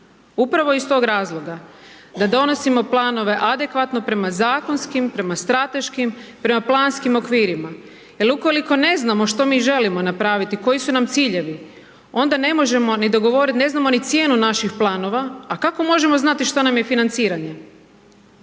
upravo iz tog razloga, da donosimo planove adekvatno prema zakonskim, prema strateškim, prema planskim okvirima, jer ukoliko ne znamo što mi želimo napraviti koji su nam ciljevi, onda ne možemo ni dogovorit, ne znamo ni cijenu naših planova, a kako možemo znati šta nam je financiranje.